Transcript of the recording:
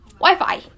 Wi-Fi